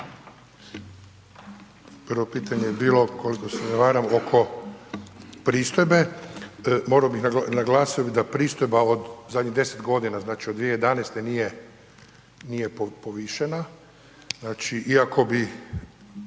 Prvo pitanje je bilo ako se ne varam oko pristojbe, naglasio bih da pristojba zadnjih deset godina znači od 2011. nije povišena, iako ako bi